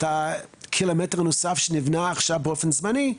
הקילומטר הנוסף שנבנה עכשיו באופן זמני,